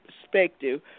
perspective